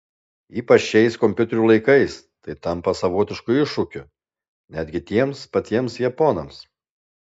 ypač šiais kompiuterių laikais tai tampa savotišku iššūkiu netgi tiems patiems japonams